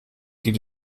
geht